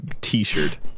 T-shirt